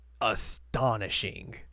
astonishing